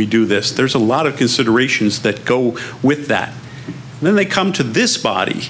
we do this there's a lot of considerations that go with that then they come to this body